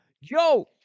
Yo